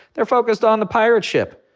they're focused on the pirate ship.